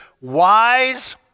wise